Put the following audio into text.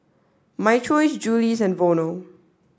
my choice Julie's and Vono